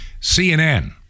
CNN